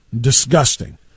disgusting